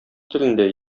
телендә